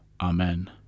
Amen